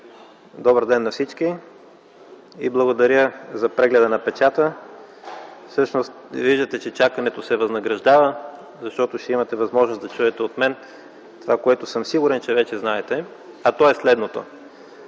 Добър ден на всички! Благодаря за прегледа на печата. Всъщност виждате, че чакането се възнаграждава, защото ще имате възможност да чуете от мен това, което съм сигурен, че вече знаете, то е следното: